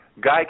Guy